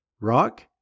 Rock